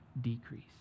decrease